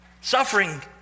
Suffering